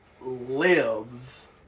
lives